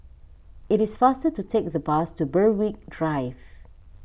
it is faster to take the bus to Berwick Drive